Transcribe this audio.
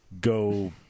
go